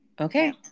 Okay